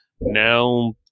now